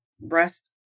breast